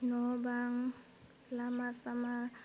न' बां लामा सामा